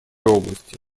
области